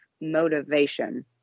motivation